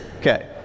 Okay